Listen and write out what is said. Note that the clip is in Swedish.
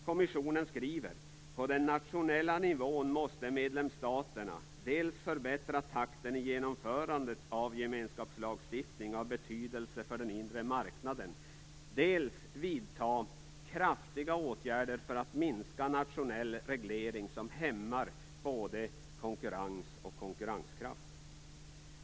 Kommissionen skriver: På den nationella nivån måste medlemsstaterna dels förbättra takten i genomförandet av gemenskapslagstiftning av betydelse för den inre marknaden, dels vidta kraftiga åtgärder för att minska nationell reglering som hämmar både konkurrens och konkurrenskraft.